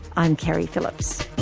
i'm keri phillips